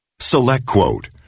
SelectQuote